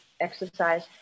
exercise